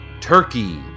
Turkey